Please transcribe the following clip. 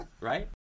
right